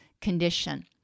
condition